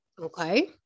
Okay